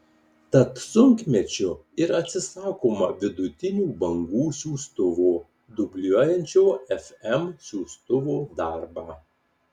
tad sunkmečiu ir atsisakoma vidutinių bangų siųstuvo dubliuojančio fm siųstuvo darbą